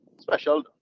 special